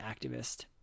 activist